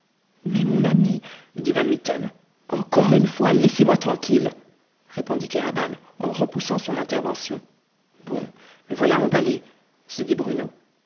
mais mon ami dit van mitten encore une fois laissez-moi tranquille répondit kéraban en repoussant son intervention bon le voilà emballé se dit bruno